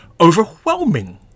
overwhelming